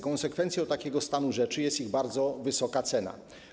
Konsekwencją takiego stanu rzeczy jest ich bardzo wysoka cena.